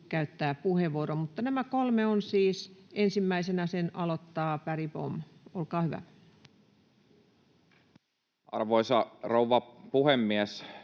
käyttää puheenvuoron. Mutta nämä kolme siis. — Ensimmäisenä aloittaa Bergbom, olkaa hyvä. [Speech 28] Speaker: